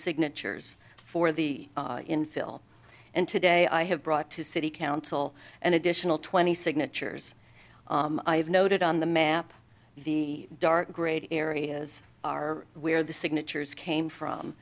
signatures for the infill and today i have brought to city council an additional twenty signatures i've noted on the map the dark gray areas are where the signatures came from